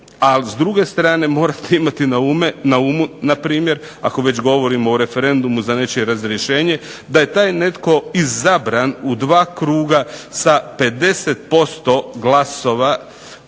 s druge strane morate imati na umu npr. ako već govorimo o referendumu za nečije razrješenje, da je taj netko izabran u dva kruga sa 50% glasova